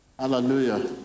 Hallelujah